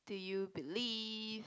do you believe